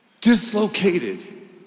dislocated